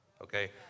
okay